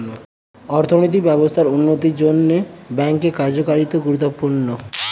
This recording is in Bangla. অর্থনৈতিক ব্যবস্থার উন্নতির জন্যে ব্যাঙ্কের কার্যকারিতা গুরুত্বপূর্ণ